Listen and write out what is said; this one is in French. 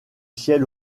ciel